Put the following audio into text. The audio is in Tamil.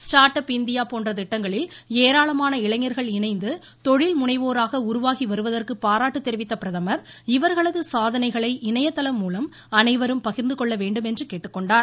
ஸ்டாா்ட் அப் இந்தியா போன்ற திட்டங்களில் ஏராளமான இளைஞா்கள் இணைந்து தொழில் முனைவோராக உருவாகி வருவதற்கு பாராட்டு தெரிவித்த பிரதமர் இவர்களது சாதனைகளை இணையதளம் மூலம் அனைவரும் பகிர்ந்து கொள்ள வேண்டும் என்று கேட்டுக்கொண்டார்